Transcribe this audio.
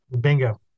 Bingo